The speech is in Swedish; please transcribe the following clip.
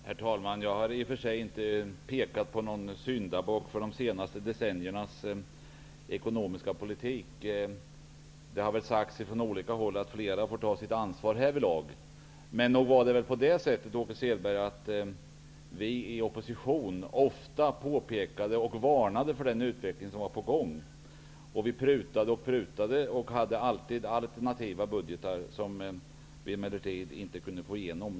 Herr talman! Jag har i och för sig inte pekat ut någon syndabock när det gäller de senaste decenniernas ekonomiska politik. Från olika håll har det sagts att flera får ta sitt ansvar härvidlag. Men nog var det väl på det sättet, Åke Selberg, att vi i opposition ofta pekade på och varnade för den utveckling som var på gång. Vi prutade och prutade och hade alltid alternativa budgetar, vilka vi emellertid inte kunde få igenom.